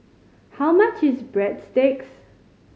how much is Breadsticks